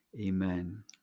Amen